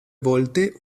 volte